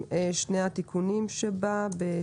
עם שני התיקונים שבה.